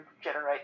generate